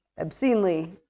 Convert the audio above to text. Obscenely